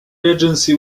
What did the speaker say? regency